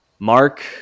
Mark